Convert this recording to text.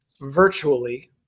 virtually